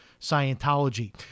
Scientology